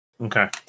Okay